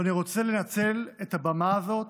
אני רוצה לנצל את הבמה הזאת